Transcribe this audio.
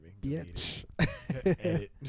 bitch